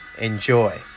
Enjoy